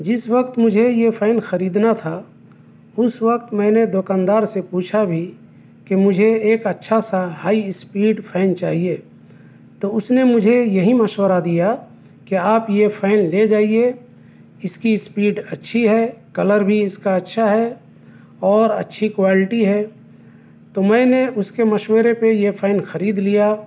جس وقت مجھے یہ فین خریدنا تھا اس وقت میں نے دکاندار سے پوچھا بھی کہ مجھے ایک اچھا سا ہائی اسپیڈ فین چاہیے تو اس نے مجھے یہی مشورہ دیا کہ آپ یہ فین لے جائیے اس کی اسپیڈ اچھی ہے کلر بھی اس کا اچھا ہے اور اچھی کوالٹی ہے تو میں نے اس کے مشورے پہ یہ فین خرید لیا